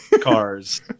cars